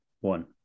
one